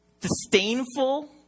Disdainful